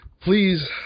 please